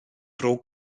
bro